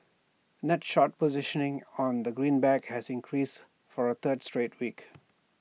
net short positioning on the greenback has increased for A third straight week